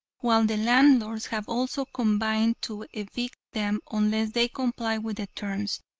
while the landlords have also combined to evict them unless they comply with the terms.